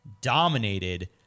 dominated